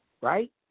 right